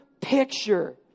picture